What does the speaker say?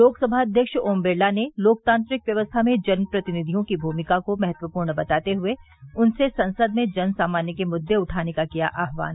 लोकसभा अध्यक्ष ओम बिरला ने लोकतांत्रिक व्यवस्था में जनप्रतिनिधियों की भूमिका को महत्वपूर्ण बताते हुए उनसे सदन में जनसामान्य के मुद्दे उठाने का किया आह्वान